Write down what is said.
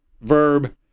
verb